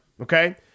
Okay